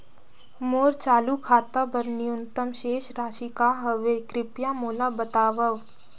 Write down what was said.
मोर चालू खाता बर न्यूनतम शेष राशि का हवे, कृपया मोला बतावव